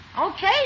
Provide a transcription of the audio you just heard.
Okay